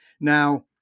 Now